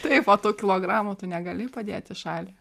taip o tų kilogramų tu negali padėt į šalį